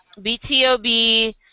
BTOB